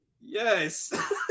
Yes